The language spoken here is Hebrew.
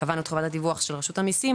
קבענו את חובת הדיווח של רשות המיסים,